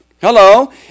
Hello